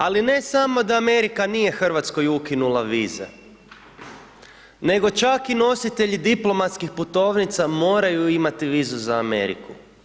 Ali ne samo da Amerika nije RH-oj ukinula vize, nego čak i nositelji diplomatskih putovnica moraju imati vizu za Ameriku.